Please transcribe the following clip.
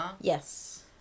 Yes